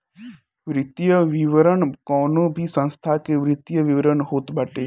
वित्तीय विवरण कवनो भी संस्था के वित्तीय विवरण होत बाटे